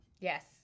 Yes